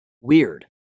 Weird